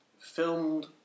filmed